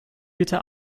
bitte